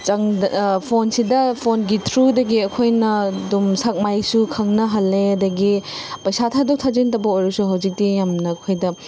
ꯐꯣꯟꯁꯤꯗ ꯐꯣꯟꯒꯤ ꯊ꯭ꯔꯨꯗꯒꯤ ꯑꯩꯈꯣꯏꯅ ꯑꯗꯨꯝ ꯁꯛ ꯃꯥꯏꯁꯨ ꯈꯪꯅꯍꯜꯂꯦ ꯑꯗꯒꯤ ꯄꯩꯁꯥ ꯊꯥꯗꯣꯛ ꯊꯥꯖꯤꯟ ꯇꯧꯕ ꯑꯣꯏꯔꯁꯨ ꯍꯧꯖꯤꯛꯇꯤ ꯌꯥꯝꯅ ꯑꯩꯈꯣꯏꯗ